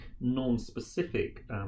non-specific